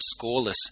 scoreless